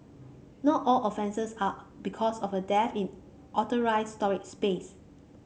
not all offences are because of a dearth in authorised storage space